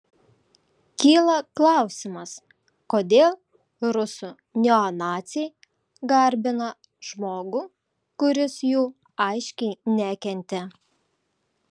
kyla klausimas kodėl rusų neonaciai garbina žmogų kuris jų aiškiai nekentė